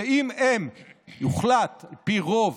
אם יוחלט על פי רוב